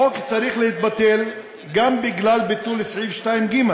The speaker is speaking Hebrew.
החוק צריך להתבטל גם בגלל ביטול סעיף 2(ג),